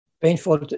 painful